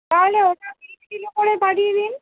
তাহলে ওটা তিরিশ কিলো করে পাঠিয়ে দিন